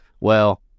well-